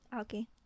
Okay